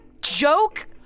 joke